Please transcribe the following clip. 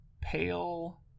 pale